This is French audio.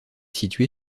située